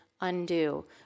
undo